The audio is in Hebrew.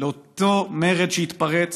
לאותו מרד שהתפרץ,